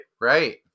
Right